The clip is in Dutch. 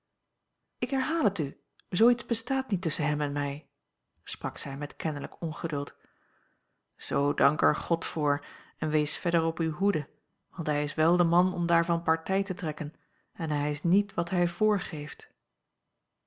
ik herhaal het u zoo iets bestaat niet tusschen hem en mij sprak zij met kenlijk ongeduld zoo dank er god voor en wees verder op uwe hoede want hij is wel de man om daarvan partij te trekken en hij is niet wat hij